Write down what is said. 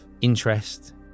interest